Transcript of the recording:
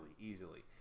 Easily